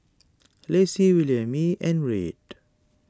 Lacey Williemae and Red